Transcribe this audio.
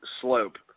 slope